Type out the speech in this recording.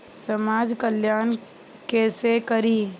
समाज कल्याण केसे करी?